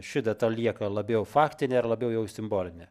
ši data lieka labiau faktinė ar labiau jau simbolinė